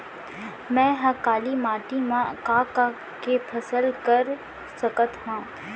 मै ह काली माटी मा का का के फसल कर सकत हव?